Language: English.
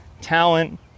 talent